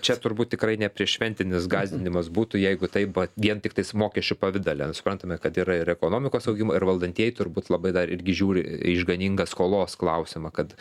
čia turbūt tikrai neprieššventinis gąsdinimas būtų jeigu taip vien tiktais mokesčių pavidale suprantame kad yra ir ekonomikos augimo ir valdantieji turbūt labai dar irgi žiūri į išganingą skolos klausimą kad